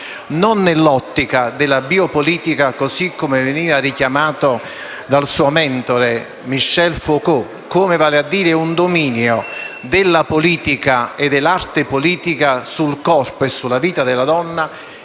non nell'ottica della biopolitica, come veniva richiamato dal suo mentore Michel Foucault, vale a dire come un dominio della politica e dell'arte politica sul corpo, sulla vita della donna